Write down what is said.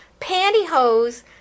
pantyhose